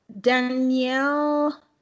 danielle